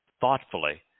thoughtfully